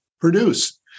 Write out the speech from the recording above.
produce